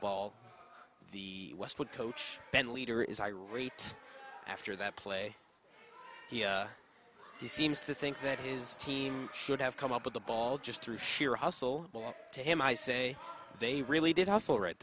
ball the westwood coach bandleader is irate after that play he seems to think that his team should have come up with the ball just through sheer hustle to him i say they really did hustle right